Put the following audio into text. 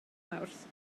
mawrth